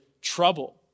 trouble